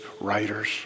writers